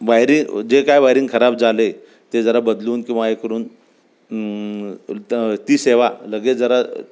wiring जे काय wiring खराब झालं आहे ते जरा बदलून किंवा हे करून त ती सेवा लगेच जरा